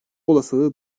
olasılığı